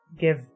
give